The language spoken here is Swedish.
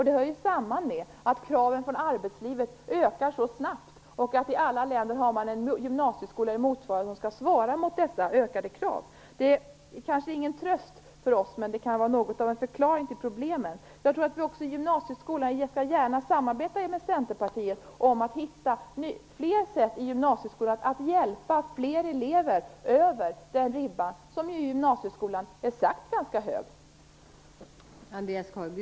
Det hör samman med att kraven från arbetslivet ökar så snabbt och att man i alla länder har en motsvarighet till gymnasieskolan som skall svara mot dessa ökade krav. Det kanske inte är någon tröst för oss, men det kan vara något av en förklaring till problemen. Jag skall gärna samarbeta med Centerpartiet för att finna flera sätt att hjälpa fler elever över den ribba som ju i gymnasieskolan är ganska högt satt.